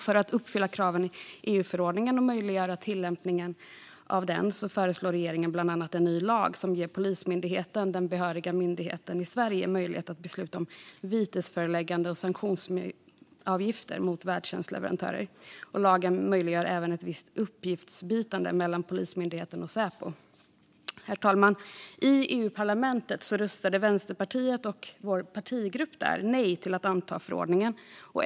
För att uppfylla kraven i EU-förordningen och möjliggöra tillämpningen av den föreslår regeringen bland annat en ny lag som ger Polismyndigheten, den behöriga myndigheten i Sverige, möjlighet att besluta om vitesförelägganden och sanktionsavgifter mot värdtjänstleverantörer. Lagen möjliggör även ett visst uppgiftsutbyte mellan Polismyndigheten och Säpo. Herr talman! I EU-parlamentet röstade Vänsterpartiet och vår partigrupp där nej till förordningen.